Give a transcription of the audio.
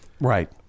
Right